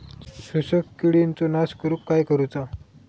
शोषक किडींचो नाश करूक काय करुचा?